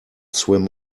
swim